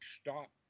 stop